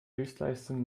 höchstleistung